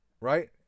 Right